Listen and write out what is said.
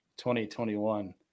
2021